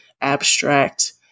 abstract